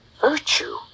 virtue